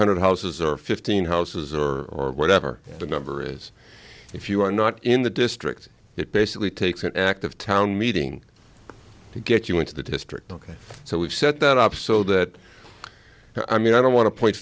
hundred houses or fifteen houses or whatever the number is if you are not in the district it basically takes an active town meeting to get you into the district ok so we've set that up so that i mean i don't want to point